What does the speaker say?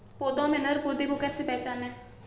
पौधों में नर पौधे को कैसे पहचानें?